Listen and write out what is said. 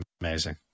Amazing